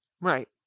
Right